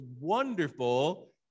wonderful